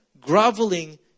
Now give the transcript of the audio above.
groveling